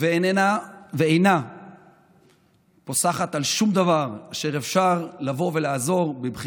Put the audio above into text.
ואינה פוסחת על שום דבר אשר אפשר לבוא ולעזור בו,